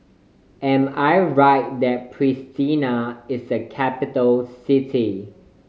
am I right that Pristina is a capital city